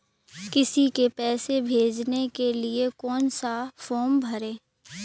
किसी को पैसे भेजने के लिए कौन सा फॉर्म भरें?